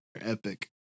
epic